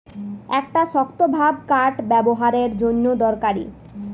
একটা শক্তভাব কাঠ ব্যাবোহারের জন্যে দরকারি